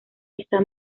está